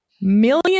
million